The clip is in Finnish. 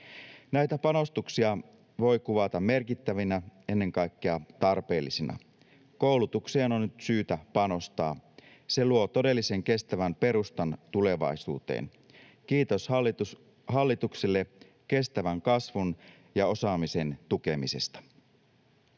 Näitä panostuksia voi kuvata merkittävinä, ennen kaikkea tarpeellisina. Koulutukseen on nyt syytä panostaa. Se luo todellisen kestävän perustan tulevaisuuteen. Kiitos hallitukselle kestävän kasvun ja osaamisen tukemisesta.